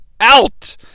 Out